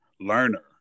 learner